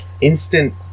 instant